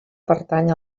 pertany